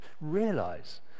realize